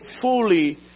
fully